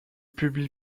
publie